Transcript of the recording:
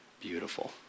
beautiful